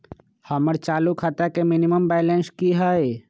हमर चालू खाता के मिनिमम बैलेंस कि हई?